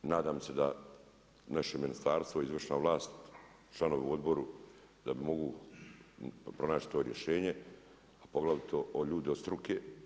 Nadam se da naše ministarstvo, izvršna vlast, članovi u odboru da mogu pronaći to rješenje, a poglavito ljudi od struke.